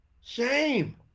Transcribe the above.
Shame